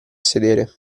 sedere